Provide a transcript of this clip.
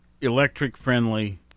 electric-friendly